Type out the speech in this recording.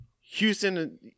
Houston